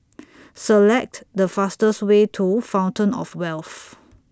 Select The fastest Way to Fountain of Wealth